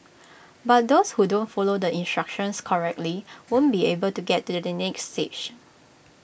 but those who don't follow the instructions correctly won't be able to get to the next stage